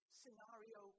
scenario